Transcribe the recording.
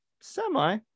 semi